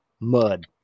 mud